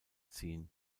ziehen